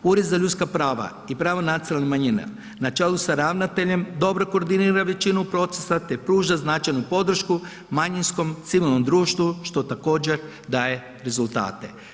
Ured za ljudska prava i prava nacionalnih manjina na čelu sa ravnateljem dobro koordinira većinu procesa te pruža značajnu podršku manjinskom, civilnom društvu što također daje rezultate.